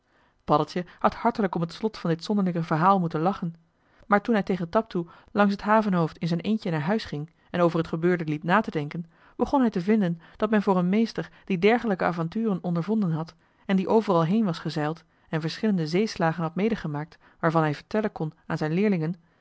paddeltje had hartelijk om het slot van dit zonderlinge verhaal moeten lachen maar toen hij tegen taptoe langs het havenhoofd in zijn eentje naar huis ging en over t gebeurde liep na te denken begon hij te vinden dat men voor een meester die dergelijke avonturen ondervonden had en die overal heen was gezeild en verschillende zeeslagen had medegemaakt waarvan hij vertellen kon aan zijn leerlingen